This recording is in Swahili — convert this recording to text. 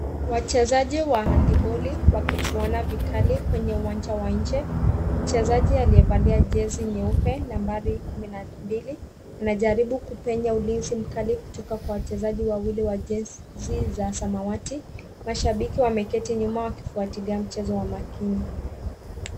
Wachezaji wa handboli wakichuana vikali kwenye uwanja wa nje. Mchezaji aliyevalia jezi nyeupe nambari kumi na mbili, anajaribu kupenya ulizi mkali kutoka kwa wachezaji wawili wa jezi za samawati. Mashabiki wameketi nyuma wakifuatilia mchezo wa makini.